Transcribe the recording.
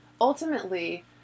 ultimately